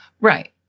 Right